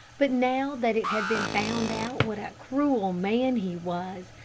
but now that it had been found out what a cruel man he was,